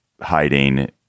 hiding